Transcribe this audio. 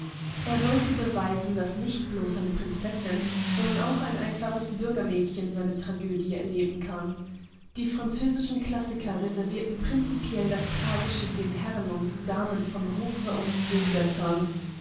er wollte beweisen daß nicht bloß eine prinzessin sondern auch ein einfaches bürgermädchen seine tragödie erleben kann die französischen klassiker reservierten prinzipiell das tragische den herren und damen vom hofe und den göttern